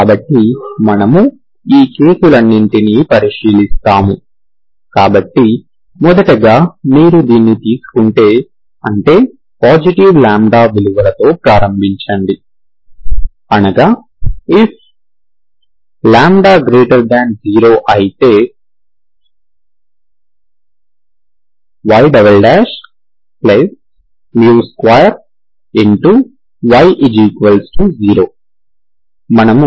కాబట్టి మనము ఈ కేసులన్నింటినీ పరిశీలిస్తాము కాబట్టి మొదటగా మీరు దీన్ని తీసుకుంటే అంటే పాజిటివ్ λ విలువలతో ప్రారంభించండి అనగా λ0 అయితే y2y0 మనము λ2 పెట్టాము